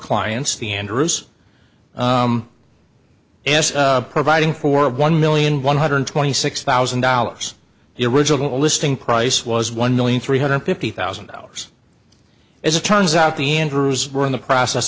clients the andrews s providing for one million one hundred twenty six thousand dollars the original listing price was one million three hundred fifty thousand dollars as it turns out the andrews were in the process